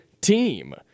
team